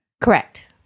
Correct